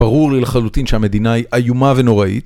ברור לי לחלוטין שהמדינה היא איומה ונוראית